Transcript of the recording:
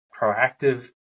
proactive